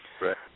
Right